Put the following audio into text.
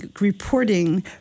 reporting